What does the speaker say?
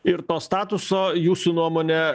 ir to statuso jūsų nuomone